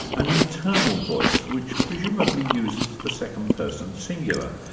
an internal voice, which presumably uses the second person singular.